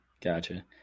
Gotcha